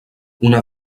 una